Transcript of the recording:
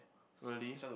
really